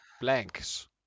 blanks